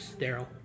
Daryl